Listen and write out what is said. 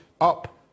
up